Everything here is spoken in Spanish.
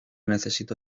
necesito